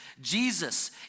Jesus